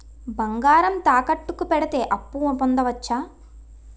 బంగారం తాకట్టు కి పెడితే అప్పు పొందవచ్చ?